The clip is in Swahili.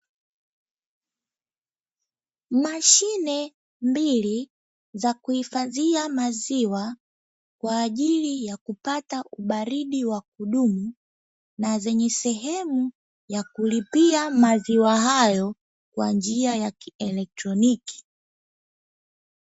Mashine mbili za kuhifadhia maziwa kwa ajili ya kupata ubaridi wa kudumu, na zenye sehemu ya kulipia maziwa hayo kwa njia ya kielektroniki.